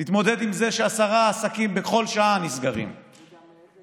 תתמודד עם זה שעשרה עסקים נסגרים בכל שעה.